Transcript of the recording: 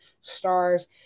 stars